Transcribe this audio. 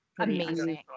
amazing